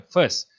First